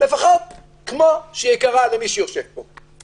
לפחות כמו שהיא יקרה למי שיושב פה,